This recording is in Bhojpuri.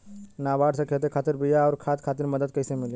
नाबार्ड से खेती खातिर बीया आउर खाद खातिर मदद कइसे मिली?